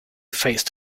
faced